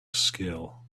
skill